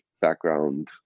background